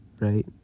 right